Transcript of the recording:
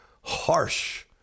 harsh